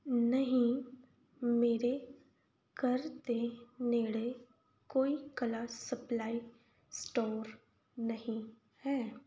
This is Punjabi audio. ਨਹੀਂ ਮੇਰੇ ਘਰ ਦੇ ਨੇੜੇ ਕੋਈ ਕਲਾ ਸਪਲਾਈ ਸਟੋਰ ਨਹੀਂ ਹੈ